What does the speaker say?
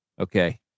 okay